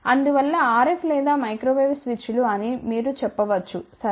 అందువల్ల RF లేదా microwave స్విచ్లు అని మీరు చెప్పవచ్చు సరే